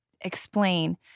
explain